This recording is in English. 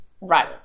Right